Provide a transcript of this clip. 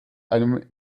einem